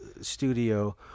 studio